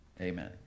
amen